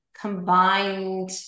combined